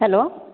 hello